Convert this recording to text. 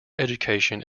education